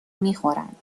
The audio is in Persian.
میخورند